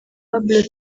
pablo